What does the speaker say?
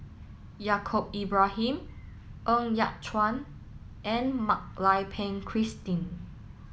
Yaacob Ibrahim Ng Yat Chuan and Mak Lai Peng Christine